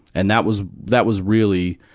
and that was, that was really,